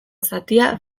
zatia